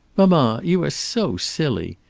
mamma, you are so silly!